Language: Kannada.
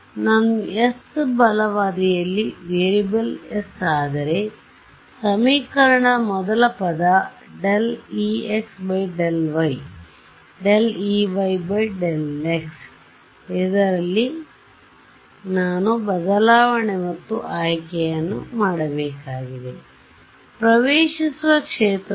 ನಾನು s ಬಲ ಬದಿಯಲ್ಲಿ ವೇರಿಯೇಬಲ್ s ಆದರೆ ಸಮೀಕರಣದ ಮೊದಲ ಪದ ExyEyx ಇದರಲ್ಲಿ ನಾನು ಬದಲಾವಣೆ ಮತ್ತು ಆಯ್ಕೆ ಮಾಡಬೇಕು